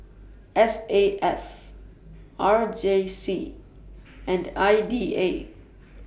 S A F R J C and I D A